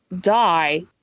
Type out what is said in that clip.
die